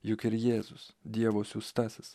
juk ir jėzus dievo siųstasis